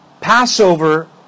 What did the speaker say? Passover